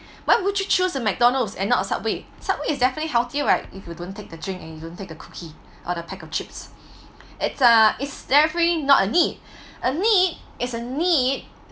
why would you choose a McDonald's and not Subway Subway is definitely healthier right if you don't take the drink and don't take a cookie or a pack of chips it's ah it's definitely not a need a need is a need